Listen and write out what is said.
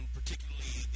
particularly